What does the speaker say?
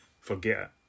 forget